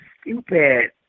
stupid